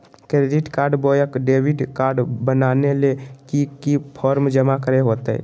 Credit card बोया debit card बनाने ले की की फॉर्म जमा करे होते?